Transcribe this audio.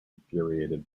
infuriated